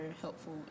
helpful